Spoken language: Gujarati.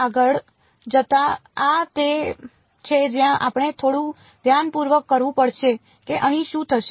આગળ જતા આ તે છે જ્યાં આપણે થોડું ધ્યાનપૂર્વક કરવું પડશે કે અહીં શું થશે